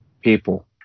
People